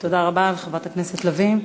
תודה רבה לחברת הכנסת לביא.